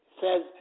says